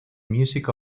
music